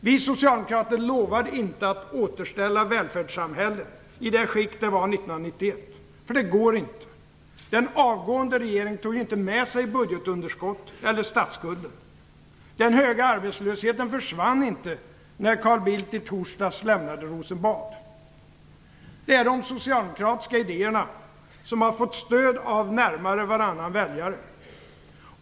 Vi socialdemokrater lovade inte att återställa välfärdssamhället i det skick det var 1991, för det går inte. Den avgående regeringen tog inte med sig budgetunderskottet eller statsskulden. Den höga arbetslösheten försvann inte när Carl Bildt i torsdags lämnade Rosenbad. Det är de socialdemokratiska idéerna som har fått stöd av närmare varannan väljare.